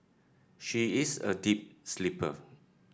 she is a deep sleeper